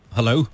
Hello